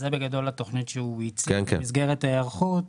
זה בגדול התוכנית שהוא הציע במסגרת ההיערכות.